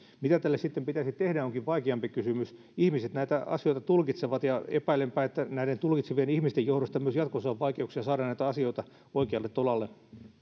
mitä tälle sitten pitäisi tehdä onkin vaikeampi kysymys ihmiset näitä asioita tulkitsevat ja epäilenpä että näiden tulkitsevien ihmisten johdosta myös jatkossa on vaikeuksia saada näitä asioita oikealle tolalle